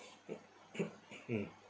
mm